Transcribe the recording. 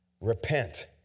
repent